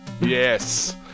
Yes